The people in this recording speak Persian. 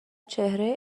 چهره